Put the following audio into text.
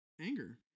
anger